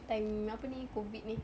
time apa ni COVID ni